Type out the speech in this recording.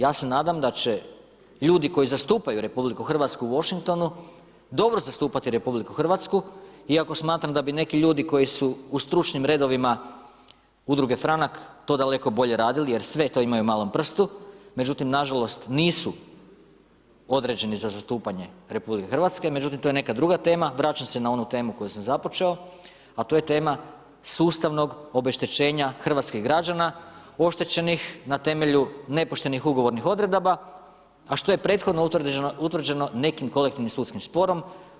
Ja se nadam da će ljudi koji zastupaju RH u Washingtonu dobro zastupati RH iako smatram da bi neki ljudi koji su u stručnim redovima udruge Franak to daleko bolje radili jer to sve imaju u malom prstu međutim nažalost nisu određeni za zastupanje RH međutim to je neka druga tema, vraćam se na onu temu koju sam započeo a to je tema sustavnog obeštećenja hrvatskih građana oštećenih na temelju nepoštenih ugovornih odredaba a što je prethodno utvrđeno nekim kolektivnim sudskim sporom.